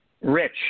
Rich